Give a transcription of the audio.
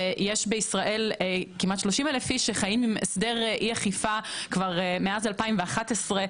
בישראל יש כמעט 30,000 אנשים שחיים עם הסדר אי אכיפה כבר מאז 2011,